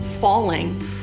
falling